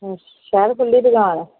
अच्छ शैल खुल्ली दकान ऐ